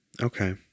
Okay